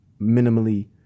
minimally